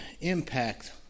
impact